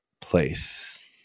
place